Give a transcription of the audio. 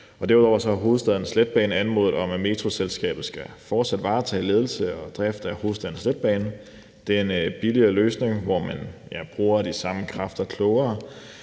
Derudover har Hovedstadens Letbane anmodet om, at Metroselskabet fortsat skal varetage ledelse og drift af Hovedstadens Letbane. Det er en billigere løsning, hvor man bruger de samme kræfter klogere,